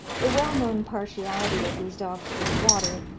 the well-known partiality of these dogs for the water,